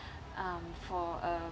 um for uh